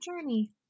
journey